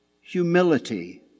humility